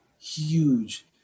huge